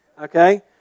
Okay